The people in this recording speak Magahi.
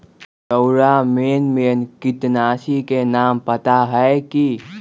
रउरा मेन मेन किटनाशी के नाम पता हए कि?